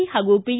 C ಹಾಗೂ P